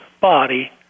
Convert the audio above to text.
body